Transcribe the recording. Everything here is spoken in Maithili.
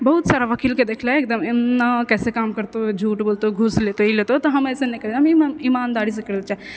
बहुत सारा वकीलके देखले हइ एकदम एन्ना कइसे काम करतौ झूठ बोलतौ घूस लेतय ई लेतय तऽ हम अइसे नहि करय हम इमान इमानदारीसँ करबय चाह